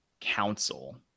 council